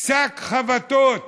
שק חבטות